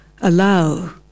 allow